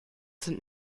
sind